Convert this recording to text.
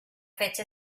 fecha